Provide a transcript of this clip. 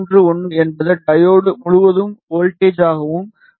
4031 என்பது டையோடு முழுவதும் வோல்ட்டேஜாகவும் 13